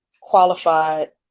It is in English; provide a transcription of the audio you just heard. qualified